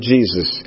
Jesus